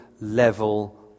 level